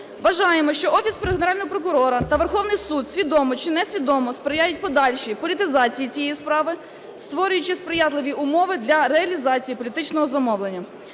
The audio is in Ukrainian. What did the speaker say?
Вважаємо, що Офіс Генерального прокурора та Верховний Суд свідомо чи несвідомо сприяють подальшій політизації цієї справи, створюючи сприятливі умови для реалізації політичного замовлення.